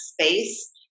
space